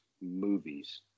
movies